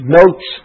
notes